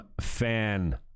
fan